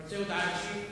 אתה רוצה הודעה אישית?